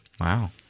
Wow